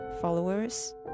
followers